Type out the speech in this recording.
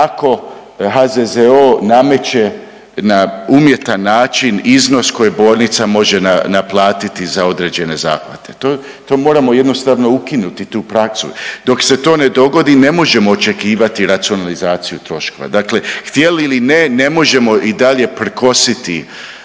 ako HZZO nameće na umjetan način iznos koji bolnica može naplatiti za određene zahvate. To, to moramo jednostavno ukinuti tu praksu, dok se to ne dogodi ne možemo očekivati racionalizaciju troškova, dakle htjeli ili ne ne možemo i dalje prkositi